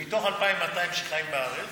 מתוך 2,200 שחיים בארץ,